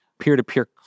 peer-to-peer